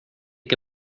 que